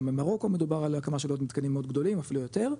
גם במרוקו מדובר על הקמה של עוד מתקנים מאוד גדולים אפילו יותר,